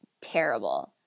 terrible